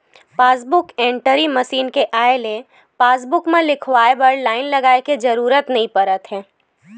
passbook entry machine के आए ले पासबूक म लिखवाए बर लाईन लगाए के जरूरत नइ परत हे